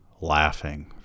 laughing